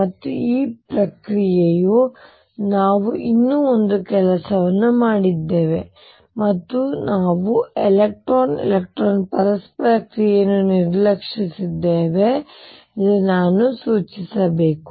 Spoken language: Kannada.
ಮತ್ತು ಈ ಪ್ರಕ್ರಿಯೆಯು ನಾವು ಇನ್ನೂ ಒಂದು ಕೆಲಸವನ್ನು ಮಾಡಿದ್ದೇವೆ ಮತ್ತು ನಾವು ಎಲೆಕ್ಟ್ರಾನ್ ಎಲೆಕ್ಟ್ರಾನ್ ಪರಸ್ಪರ ಕ್ರಿಯೆಯನ್ನು ನಿರ್ಲಕ್ಷಿಸಿದ್ದೇವೆ ಎಂದು ನಾನು ಸೂಚಿಸಬೇಕು